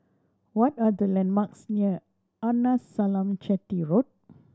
what are the landmarks near Arnasalam Chetty Road